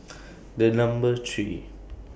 The Number three